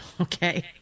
Okay